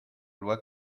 loi